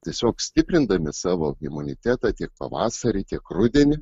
tiesiog stiprindami savo imunitetą tiek pavasarį tiek rudenį